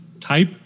type